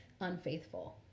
unfaithful